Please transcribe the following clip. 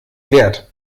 wert